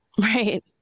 Right